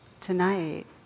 tonight